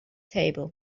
table